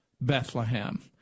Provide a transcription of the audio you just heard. Bethlehem